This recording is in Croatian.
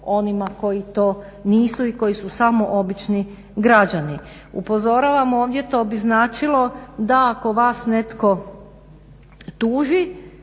onima koji to nisu i koji su samo obični građani. Upozoravam ovdje to bi značilo da ako vas netko tuži